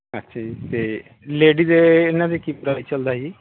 ਅੱਛਾ ਜੀ ਅਤੇ ਲੇਡੀਜ਼ ਦੇ ਇਹਨਾਂ ਦੇ ਕੀ ਪ੍ਰਾਈਜ਼ ਚੱਲਦਾ ਜੀ